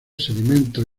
sedimentos